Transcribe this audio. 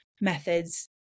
methods